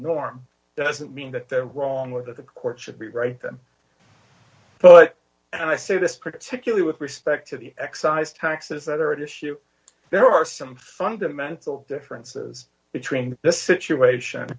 norm doesn't mean that they're wrong with that the court should be right them but and i say this particularly with respect to the excise taxes that are at issue there are some fundamental differences between the situation